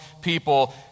people